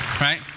Right